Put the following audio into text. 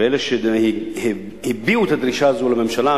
ואלה שהביאו את הדרישה הזאת לממשלה,